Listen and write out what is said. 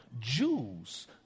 Jews